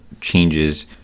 changes